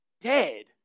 dead